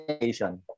Asian